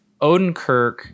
Odenkirk